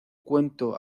cuento